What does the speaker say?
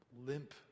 limp